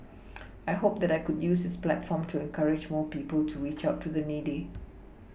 I hope that I could use this platform to encourage more people to reach out to the needy